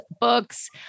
books